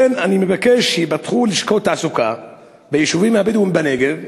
לכן אני מבקש שייפתחו לשכות תעסוקה ביישובים הבדואיים בנגב,